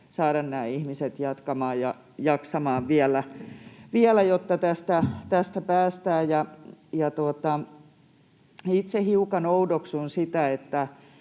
saada nämä ihmiset jatkamaan ja jaksamaan vielä, jotta tästä päästään. Itse hiukan oudoksun sitä,